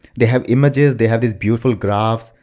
they have images, they have this beautiful graph,